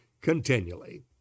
continually